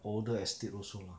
older estate also lah